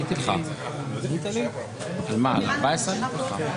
התיקים מורכבים, זה לא מעשי.